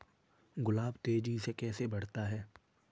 गुलाब तेजी से कैसे बढ़ता है?